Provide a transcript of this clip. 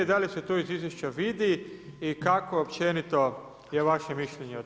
Da li se to iz izvješća vidi i kakvo općenito je vaše mišljenje o tome?